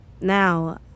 Now